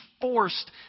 forced